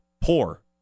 poor